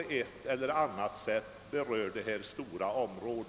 ett eller annat sätt berör detta stora område.